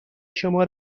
شما